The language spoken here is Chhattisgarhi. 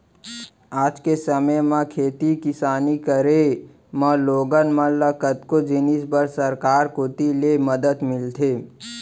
आज के समे म खेती किसानी करे म लोगन मन ल कतको जिनिस बर सरकार कोती ले मदद मिलथे